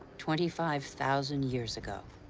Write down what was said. twenty five thousand years ago.